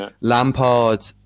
Lampard